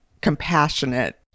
compassionate